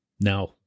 Now